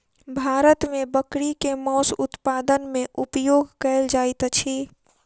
भारत मे बकरी के मौस उत्पादन मे उपयोग कयल जाइत अछि